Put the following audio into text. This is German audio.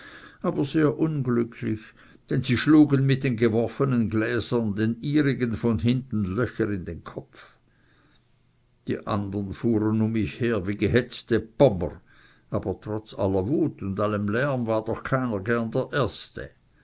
aber sehr unglücklich denn sie schlugen mit den geworfenen gläsern den ihrigen von hinten löcher in den kopf die andern fuhren um mich her wie gehetzte pommer aber trotz aller wut und allem lärm war doch keiner gerne der erste